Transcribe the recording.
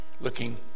looking